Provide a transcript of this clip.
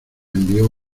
envió